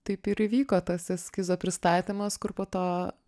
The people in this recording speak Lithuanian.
taip ir įvyko tas eskizo pristatymas kur po to